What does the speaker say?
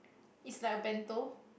it's like a bento